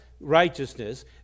righteousness